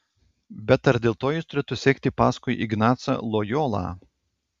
bet ar dėl to jis turėtų sekti paskui ignacą lojolą